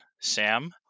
Sam